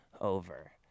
over